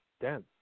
dense